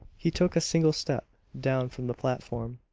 he took a single step down from the platform,